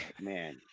Man